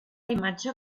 imatge